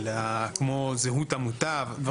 כמו זהות המוטב.